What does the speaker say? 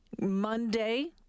Monday